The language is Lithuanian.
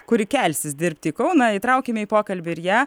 kuri kelsis dirbti į kauną įtraukime į pokalbį ir ją